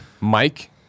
Mike